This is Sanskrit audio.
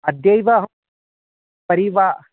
अद्यैव अहं परिवा